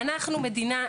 אנחנו מדינה,